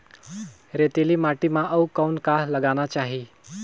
रेतीली माटी म अउ कौन का लगाना चाही?